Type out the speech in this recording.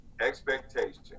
expectation